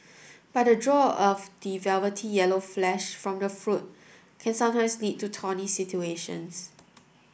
but the draw of the velvety yellow flesh from the fruit can sometimes lead to thorny situations